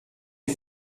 est